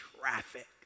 traffic